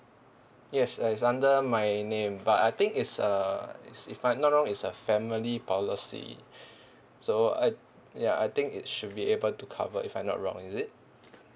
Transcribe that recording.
yes uh it's under my name but I think it's uh is if I'm not wrong it's a family policy so I ya I think it should be able to cover if I'm not wrong is it